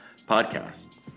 podcast